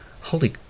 holy